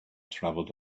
traveled